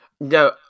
No